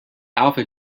alpha